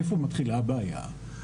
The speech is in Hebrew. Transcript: איפה מתחילה הבעיה?